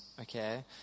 Okay